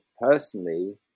personally